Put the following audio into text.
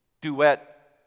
duet